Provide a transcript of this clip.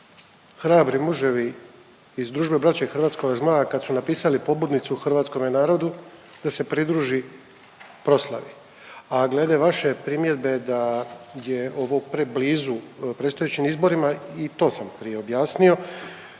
hrabri muževi iz Družbe Braće Hrvatskoga Zmaja kad su napisali pobudnicu hrvatskome narodu da se pridruži proslavi, a glede vaše primjedbe da je ovo preblizu predstojećim izborima i to sam prije objasnio.